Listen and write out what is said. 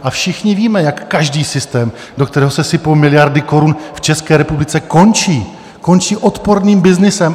A všichni víme, jak každý systém, do kterého se sypou miliardy korun, v České republice končí končí odporným byznysem.